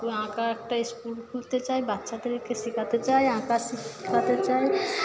আঁকার একটা স্কুল খুলতে চাই বাচ্চাদেরকে শেখাতে চাই আঁকা শেখাতে চাই